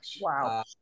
Wow